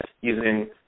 using